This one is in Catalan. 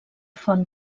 font